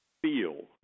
Feel